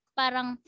parang